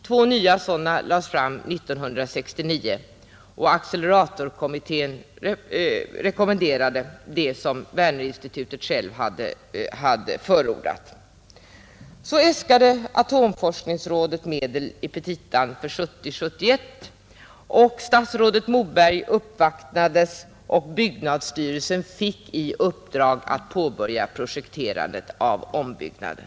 Två sådana framlades 1969, och acceleratorkommittén rekommenderade det som Wernerinstitutet förordat. Så äskade atomforskningsrådet medel i sina petita för 1970/71. Statsrådet Moberg uppvaktades, och byggnadsstyrelsen fick i uppdrag att påbörja projekterandet av ombyggnaden.